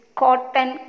cotton